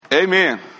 Amen